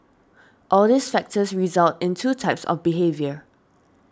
all these factors result in two types of behaviour